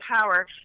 power